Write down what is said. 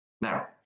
Now